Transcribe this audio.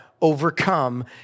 overcome